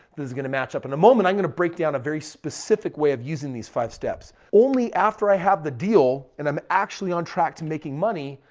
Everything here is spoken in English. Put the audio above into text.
this is going to match up. in a moment, i'm going to break down a very specific way of using these five steps. only after i have the deal and i'm actually on track to making money,